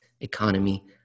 economy